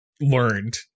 Learned